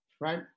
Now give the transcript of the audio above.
right